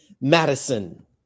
Madison